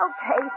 Okay